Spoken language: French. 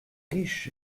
riche